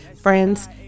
Friends